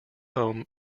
home